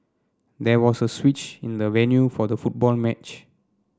there was a switch in the venue for the football match